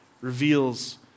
reveals